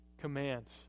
commands